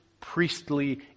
priestly